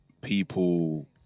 people